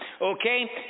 Okay